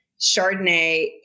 Chardonnay